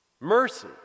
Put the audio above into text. mercy